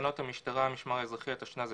בתקנות המשטרה (המשמר האזרחי), התשנ"ז-1996,